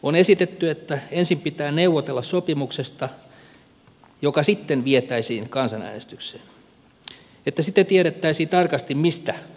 on esitetty että ensin pitää neuvotella sopimuksesta joka sitten vietäisiin kansanäänestykseen että siten tiedettäisiin tarkasti mistä äänestettäisiin